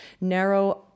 narrow